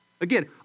Again